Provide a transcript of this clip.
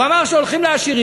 הוא אמר שהולכים לעשירים.